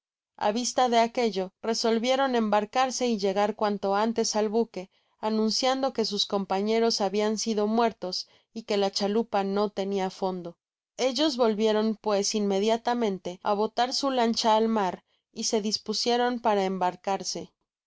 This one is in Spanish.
á vista de aquello resolvieron embarcarse y llegar cuanto ates buque anunciando que sus compañeros habian sido muertos y que la chalupa no tenia fondo ellos volvieron pues inmediatamente á botar su lancha al mar y se dispusieron para embarcarse el